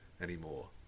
anymore